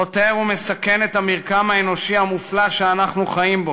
חותר ומסכן את המרקם האנושי המופלא שאנחנו חיים בו.